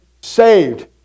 saved